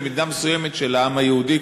במידה מסוימת של העם היהודי,